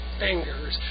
fingers